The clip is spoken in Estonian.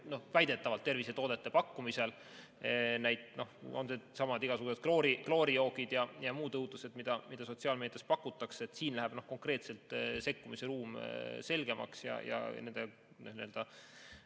väidetavalt tervisetoodete pakkumisel, needsamad igasugused kloorijoogid ja muud õudused, mida sotsiaalmeedias pakutakse. Siin läheb konkreetselt sekkumise ruum selgemaks ja nende